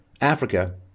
Africa